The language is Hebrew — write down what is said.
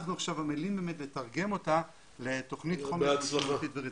אנחנו עכשיו עמלים באמת לתרגם אותה לתוכנית חומש משמעותית ורצינית.